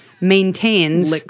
maintains